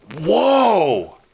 Whoa